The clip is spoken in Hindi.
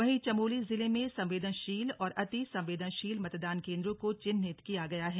वहीं चमोली जिले में संवेदनशील और अति संवदेनशील मतदान केन्द्रों को चिन्हित किया गया है